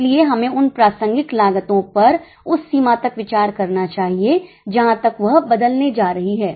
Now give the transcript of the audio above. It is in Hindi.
इसलिए हमें उन प्रासंगिक लागतों पर उस सीमा तक विचार करना चाहिए जहां तक वह बदलने जा रही हैं